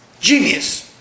Genius